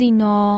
no